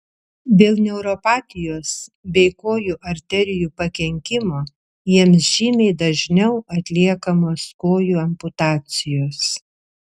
dėl neuropatijos bei kojų arterijų pakenkimo jiems žymiai dažniau atliekamos kojų amputacijos